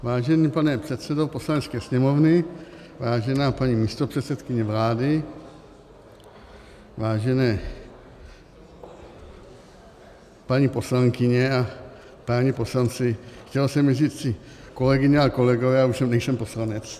Vážený pane předsedo Poslanecké sněmovny, vážená paní místopředsedkyně vlády, vážené paní poslankyně a páni poslanci, chtělo se mi říci kolegyně, kolegové, ale už nejsem poslanec.